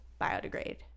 biodegrade